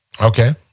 Okay